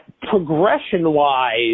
progression-wise